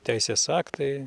teisės aktai